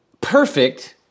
perfect